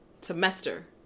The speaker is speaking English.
semester